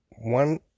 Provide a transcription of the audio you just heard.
one